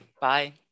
Bye